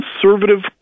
conservative